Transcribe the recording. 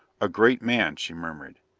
a great man, she murmured,